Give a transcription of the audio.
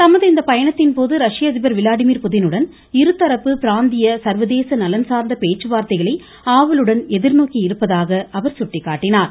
தமது இந்த பயணத்தின்போது ரஷ்ய அதிபர் விளாடிமிர் புடினுடன் இருதரப்பு பிராந்திய சர்வதேச நலன்சார்ந்த பேச்சுவார்த்தைகளை ஆவலுடன் எதிர்நோக்கியிருப்பதாக அவர் குறிப்பிட்டார்